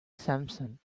samson